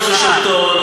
אנחנו בשלטון,